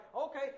okay